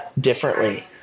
differently